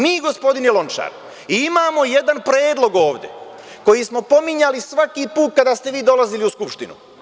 Mi, gospodine Lončar, imamo jedan predlog ovde, koji smo pominjali svaki put kada ste vi dolazili u Skupštinu.